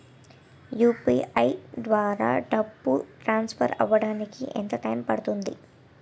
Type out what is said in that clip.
UPI ద్వారా డబ్బు transfer అవ్వడానికి ఎంత టైం పడుతుంది?